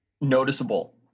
noticeable